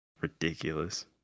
Ridiculous